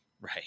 Right